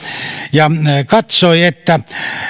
ja katsoi että